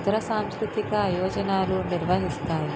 ఇతర సాంస్కృతిక అయోజనాలు నిర్వహిస్తారు